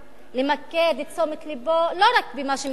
למקד את תשומת לבו לא רק במה שמתרחש באירן,